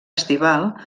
estival